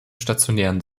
stationären